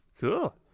Cool